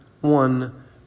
one